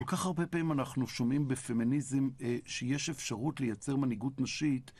כל כך הרבה פעמים אנחנו שומעים בפמיניזם שיש אפשרות לייצר מנהיגות נשית.